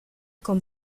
con